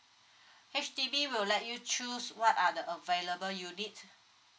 H_D_B will let you choose what are the available unit